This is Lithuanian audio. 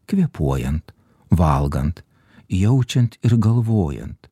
kvėpuojant valgant jaučiant ir galvojant